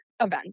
event